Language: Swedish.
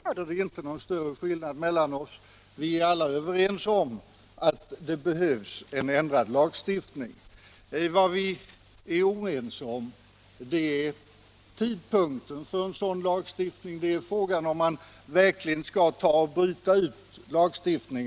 Herr talman! Jag ber att få gratulera fru Johansson i Tidaholm till hennes första intressanta anförande här i kammaren. Men det hindrar mig inte från att känna mig litet förvånad över att socialdemokraterna vill göra så förfärligt stor affär av frågan om hanteringen av småkonkurserna. Det har framgått av alla anföranden som hittills har hållits att i sak råder det inte någon större skillnad mellan oss. Vi är alla överens om att det behövs en ändrad lagstiftning. Vad vi är oense om är tidpunkten för en sådan lagstiftning.